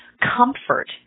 comfort